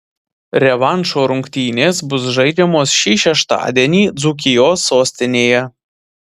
revanšo rungtynės bus žaidžiamos šį šeštadienį dzūkijos sostinėje